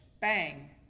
bang